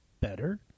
better